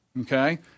Okay